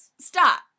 stop